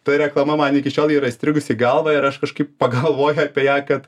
ta reklama man iki šiol yra įstrigusi į galvą ir aš kažkaip pagalvoju apie ją kad